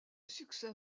succès